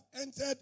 entered